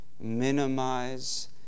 minimize